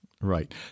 Right